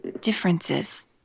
differences